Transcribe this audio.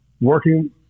working